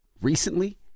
recently